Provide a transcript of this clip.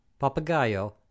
Papagayo